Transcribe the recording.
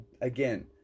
again